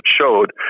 showed